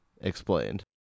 explained